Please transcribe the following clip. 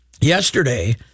yesterday